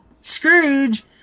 Scrooge